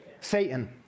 Satan